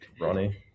Ronnie